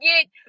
get